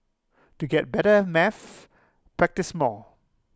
to get better at maths practise more